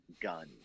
gun